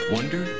Wonder